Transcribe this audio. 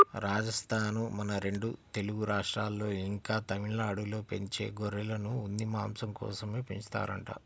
రాజస్థానూ, మన రెండు తెలుగు రాష్ట్రాల్లో, ఇంకా తమిళనాడులో పెంచే గొర్రెలను ఉన్ని, మాంసం కోసమే పెంచుతారంట